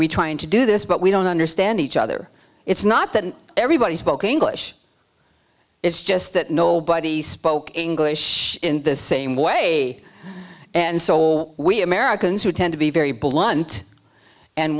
we trying to do this but we don't understand each other it's not that everybody spoke english it's just that nobody spoke english in the same way and so we americans who tend to be very blunt and